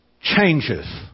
changes